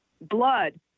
blood